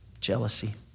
jealousy